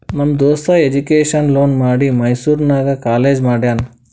ನಮ್ ದೋಸ್ತ education loan ಮಾಡಿ ಮೈಸೂರು ನಾಗ್ ಕಾಲೇಜ್ ಮಾಡ್ಯಾನ್